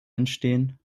entstehen